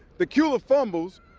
dacula fumbles.